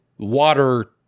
Water